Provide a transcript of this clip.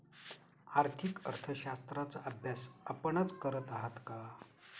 आर्थिक अर्थशास्त्राचा अभ्यास आपणच करत आहात का?